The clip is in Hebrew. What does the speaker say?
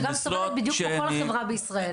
שגם סובלת בדיוק כמו כל החברה בישראל.